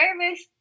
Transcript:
service